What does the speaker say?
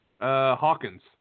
Hawkins